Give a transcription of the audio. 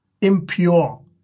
Impure